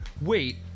wait